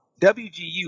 WGU